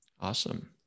Awesome